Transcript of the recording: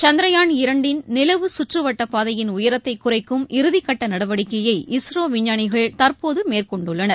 சந்திரயான் இரண்டின் நிலவு சுற்று வட்டப் பாதையின் உயரத்தை குறைக்கும் இறுதிக்கட்ட நடவடிக்கைய இஸ்ரோ விஞ்ஞானிகள் தற்போது மேற்கொண்டுள்ளனர்